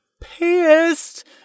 pissed